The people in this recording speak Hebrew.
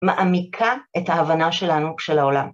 מעמיקה את ההבנה שלנו של העולם.